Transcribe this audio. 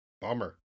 Bummer